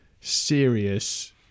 serious